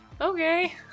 Okay